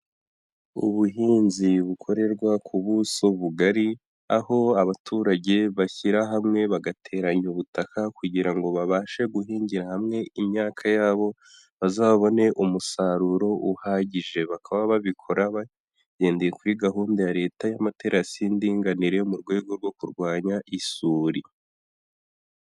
Ubuhinzi bukorerwa ku buso bugari aho abaturage bashyira hamwe bagateranya ubutaka kugira ngo babashe guhingira hamwe imyaka yabo bazabone umusaruro uhagije, bakaba babikora bagendeye kuri gahunda ya Leta y'amaterasi y'indinganire yo mu rwego rwo kurwanya isuri.